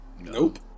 nope